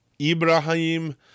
Ibrahim